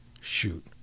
shoot